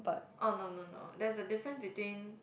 oh no no no there is a difference between